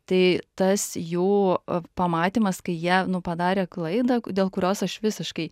tai tas jų pamatymas kai jie nu padarė klaidą dėl kurios aš visiškai